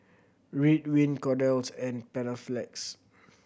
Ridwind Kordel's and Panaflex